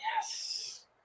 Yes